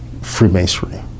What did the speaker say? Freemasonry